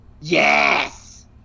Yes